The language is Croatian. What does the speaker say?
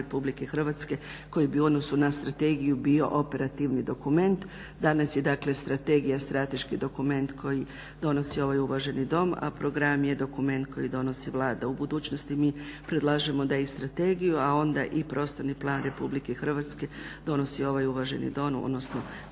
Hrvatske koji bi u odnosu na strategiju bio operativni dokument dokument. Danas je dakle strategija strateški dokument koji donosi ovaj uvaženi Dom a program je dokument koji donosi Vlada. U budućnosti mi predlažemo da i strategiju a onda i prostorni plan Republike Hrvatske donosi ovaj uvaženi Dom, odnosno